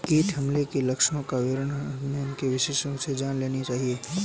कीट हमले के लक्षणों का विवरण हमें इसके विशेषज्ञों से जान लेनी चाहिए